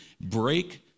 break